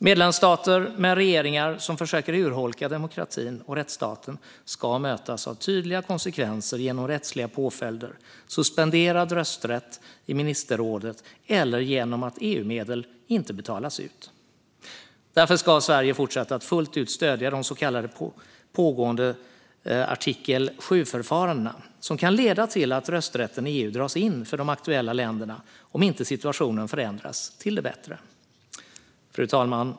Medlemsstater med regeringar som försöker urholka demokratin och rättsstaten ska mötas av tydliga konsekvenser genom rättsliga påföljder, suspenderad rösträtt i ministerrådet, eller genom att EU-medel inte betalas ut. Därför ska Sverige fortsätta att fullt ut stödja de pågående så kallade artikel 7-förfarandena, som kan leda till att rösträtten i EU dras in för de aktuella länderna om inte situationen förändras till det bättre. Fru talman!